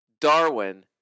Darwin